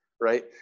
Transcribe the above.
right